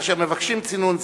כאשר מבקשים צינון,